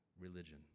Religion